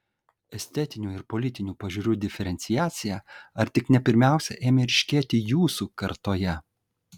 estetinių ir politinių pažiūrų diferenciacija ar tik ne pirmiausia ėmė ryškėti jūsų kartoje